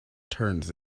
turns